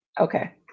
Okay